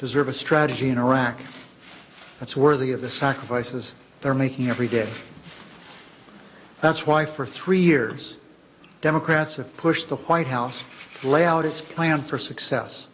deserve a strategy in iraq that's worthy of the sacrifices they're making every day that's why for three years democrats have pushed the white house lay out his plan for success